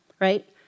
right